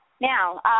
Now